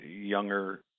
younger